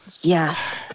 yes